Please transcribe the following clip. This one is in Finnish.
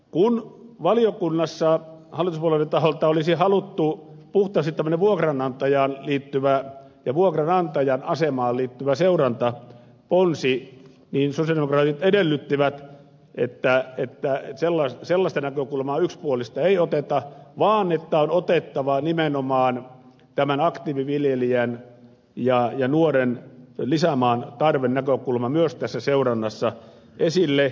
kun valiokunnassa hallituspuolueiden taholta olisi haluttu puhtaasti tämmöinen vuokranantajaan ja vuokranantajan asemaan liittyvä seurantaponsi niin sosialidemokraatit edellyttivät että sellaista yksipuolista näkökulmaa ei oteta vaan on otettava nimenomaan tämän aktiiviviljelijän ja nuoren lisämaan tarvenäkökulma myös tässä seurannassa esille